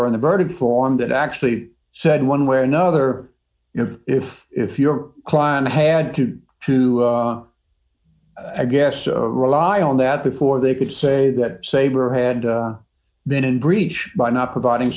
or on the verdict form that actually said one way or another you know if if your client had to i guess rely on that before they could say that saber hand been in breach by not providing